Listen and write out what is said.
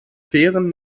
fairen